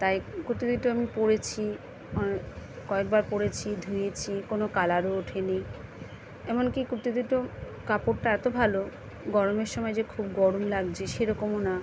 তাই কুর্তি দুটো আমি পরেছি কয়েকবার পরেছি ধুয়েছি কোনো কালারও ওঠে নি এমন কি কুর্তি দুটো কাপড়টা এতো ভালো গরমের সময় যে খুব গরম লাগছে সেরকম না